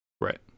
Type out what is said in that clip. Right